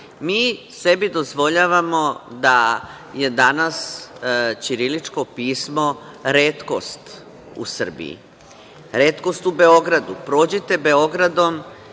Mi sebi dozvoljavamo da je danas ćiriličko pismo retkost u Srbiji, retkost u Beogradu. Prođete Beogradom,